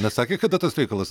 nesakė kada tas reikalas